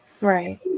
Right